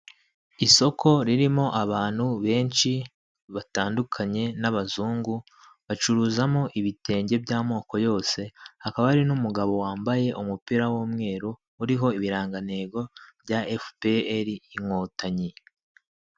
Isoko ririmo abantu benshi batandukanye n'abazungu bacuruzamo ibitenge by'amoko yose, hakaba hari n'umugabo wambaye umupira w'umweru uriho ibirangantego bya fpr Inkotanyi.